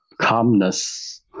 calmness